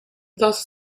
thus